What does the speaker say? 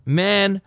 man